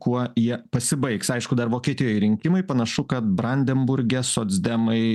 kuo jie pasibaigs aišku dar vokietijoj rinkimai panašu kad brandenburge socdemai